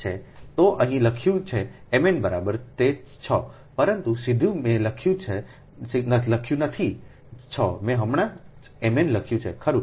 તો અહીં લખ્યું છે mn બરાબર છે 6 પરંતુ સીધા મેં અહીં લખ્યું નથી 6 મેં હમણાં જ mn લખ્યું છે ખરું